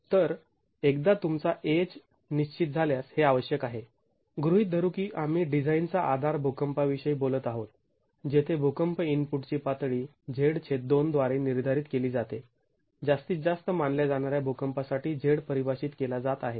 तर एकदा तुमचा Ah निश्चित झाल्यास हे आवश्यक आहे गृहीत धरू की आम्ही डिझाईनचा आधार भूकंपाविषयी बोलत आहोत जेथे भुकंप इनपुटची पातळी Z2 द्वारे निर्धारित केली जाते जास्तीत जास्त मानल्या जाणाऱ्या भुकंपासाठी Z परिभाषित केला जात आहे